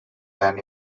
than